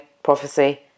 Prophecy